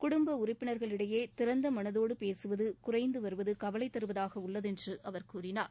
குடும்ப உறுப்பினர்களிடையே திறந்த மனதோடு பேசுவது குறைந்து வருவது கவலை தருவதாக உள்ளது என்று அவர் கூறினார்